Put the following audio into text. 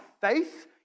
faith